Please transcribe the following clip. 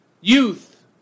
youth